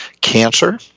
cancer